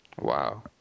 Wow